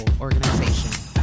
organization